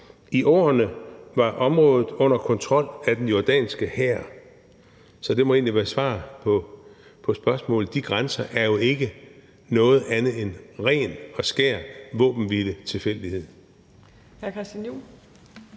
I årene var området under kontrol af den jordanske hær. Så det må egentlig være svar på spørgsmålet. De grænser er jo ikke andet end ren og skær våbenhviletilfældighed. Kl.